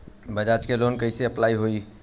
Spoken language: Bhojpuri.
बजाज से लोन कईसे अप्लाई होई?